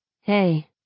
hey